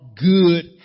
good